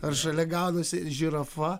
ar šalia ganosi žirafa